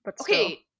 Okay